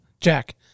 Jack